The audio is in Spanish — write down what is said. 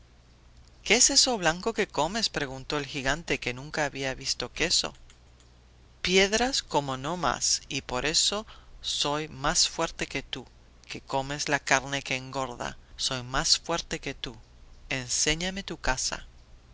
qué es eso blanco que comes preguntó el gigante que nunca había visto queso piedras como no más y por eso soy más fuerte que tú que comes la carne que engorda soy más fuerte que tú enséñame tu casa